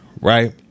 right